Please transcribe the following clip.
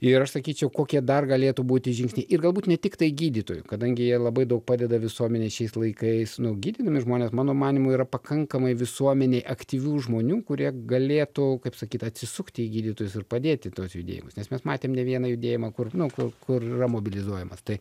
ir aš sakyčiau kokie dar galėtų būti žingsniai ir galbūt ne tiktai gydytojų kadangi jie labai daug padeda visuomenei šiais laikais nu gydydami žmones mano manymu yra pakankamai visuomenėj aktyvių žmonių kurie galėtų kaip sakyt atsisukti į gydytojus ir padėti tuos judėjimus nes mes matėm ne vieną judėjimą kur nu kur yra mobilizuojamas tai